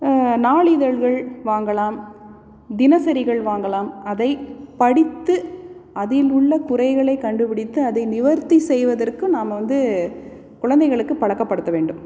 நாளிதழ்கள் வாங்கலாம் தினசரிகள் வாங்கலாம் அதை படித்து அதில் உள்ள குறைகளை கண்டுபிடித்து அதை நிவர்த்தி செய்வதற்கு நாம் வந்து குழந்தைகளுக்கு பழக்கப்படுத்த வேண்டும்